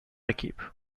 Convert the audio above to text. équipes